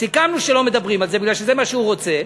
סיכמנו שלא מדברים על זה, בגלל שזה מה שהוא רוצה.